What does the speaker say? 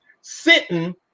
sitting